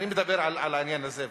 אני מדבר על העניין הזה,